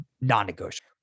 non-negotiable